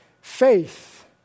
Faith